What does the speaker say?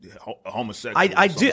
homosexual